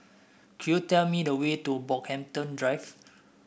could you tell me the way to Brockhampton Drive